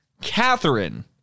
Catherine